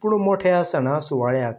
पूणू मोठ्या सणा सुवाळ्याक